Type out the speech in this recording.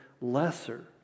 lesser